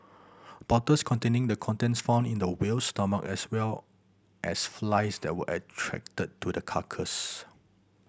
bottles containing the contents found in the whale's stomach as well as flies that were attracted to the carcass